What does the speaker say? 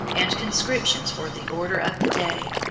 and conscriptions were the order of the day.